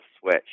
switch